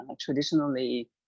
traditionally